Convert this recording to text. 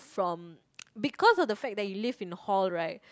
from because of the fact that you live in hall right